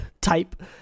type